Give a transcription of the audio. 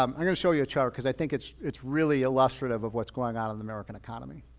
um i'm gonna show you a chart because i think it's it's really illustrative of what's going on in the american economy.